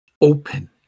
open